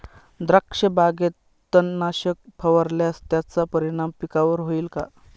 द्राक्षबागेत तणनाशक फवारल्यास त्याचा परिणाम पिकावर होईल का?